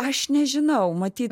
aš nežinau matyt